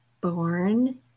born